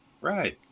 Right